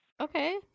Okay